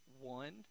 One